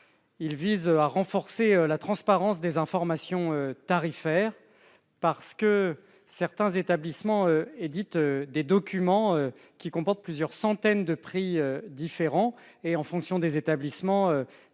Il vise à renforcer la transparence des informations tarifaires, parce que certains établissements éditent des documents qui comportent plusieurs centaines de prix différents et, en fonction des établissements,